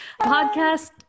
podcast